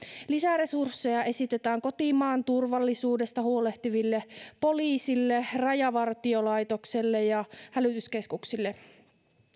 lisäresursseja esitetään kotimaan turvallisuudesta huolehtiville poliisille rajavartiolaitokselle ja hälytyskeskuksille